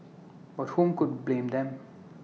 but whom could blame them